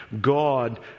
God